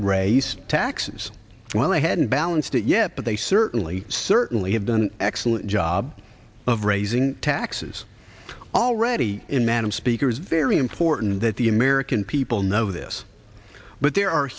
raise taxes while i hadn't balanced it yet but they certainly certainly have done an excellent job of raising taxes already in madam speaker is very important that the american people know this but there are